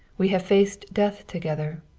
we have faced death together.